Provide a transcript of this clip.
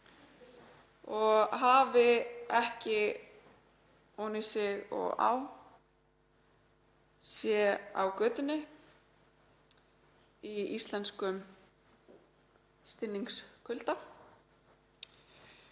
og hafi ekki ofan í sig og á, sé á götunni í íslenskum stinningskulda